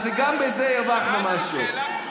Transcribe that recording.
אז גם בזה הרווחנו משהו.